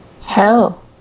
Hell